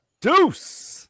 Deuce